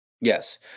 Yes